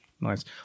nice